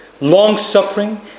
long-suffering